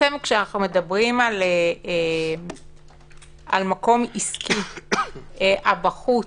כשאנחנו מדברים על מקום עסקי, על בחוץ,